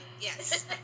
yes